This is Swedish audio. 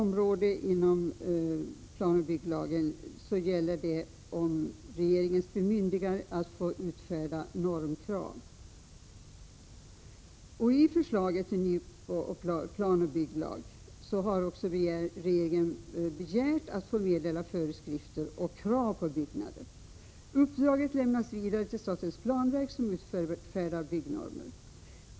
Jag vill vidare ta upp frågan om regeringens bemyndigande att utfärda 78 normkrav. I förslaget till ny planoch bygglag begär regeringen att få meddela föreskrifter om krav på byggnader m.m. Uppdraget skall då lämnas vidare till statens planverk, som har att utfärda byggnormer.